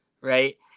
right